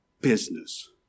business